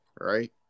right